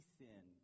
sin